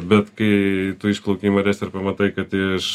bet kai tu išplauki į marias ir pamatai kad iš